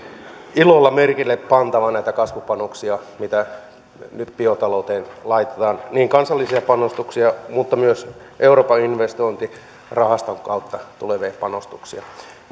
ilolla pantava merkille näitä kasvupanoksia mitä nyt biotalouteen laitetaan niin kansallisia panostuksia kuin myös euroopan investointirahaston kautta tulevia panostuksia